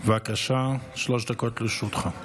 בבקשה, שלוש דקות לרשותך.